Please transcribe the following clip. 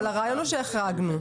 אבל הרעיון הוא שהחרגנו.